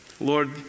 Lord